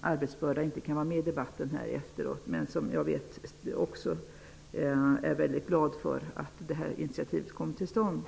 arbetsbörda inte kan vara med i debatten här efteråt. Jag vet att också hon är väldigt glad för att utskottsinitiativet har kommit till stånd.